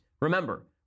Remember